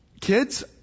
kids